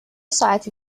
ساعتی